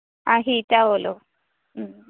ആ ഹീറ്റ് ആവുമല്ലൊ മ്